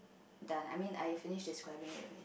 done I mean I finish describing it already